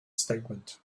statement